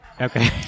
Okay